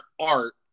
art